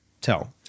tell